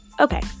Okay